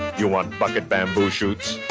you want bucket bamboo shoots,